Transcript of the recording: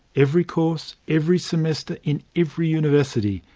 every course, every semester, in every university,